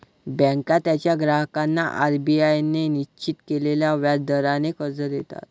बँका त्यांच्या ग्राहकांना आर.बी.आय ने निश्चित केलेल्या व्याज दराने कर्ज देतात